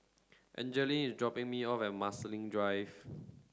Angeline is dropping me off at Marsiling Drive